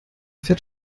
fährt